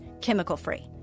chemical-free